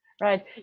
Right